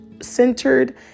centered